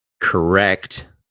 correct